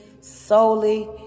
solely